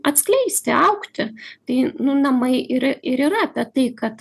atskleisti augti tai nu namai ir ir yra apie tai kad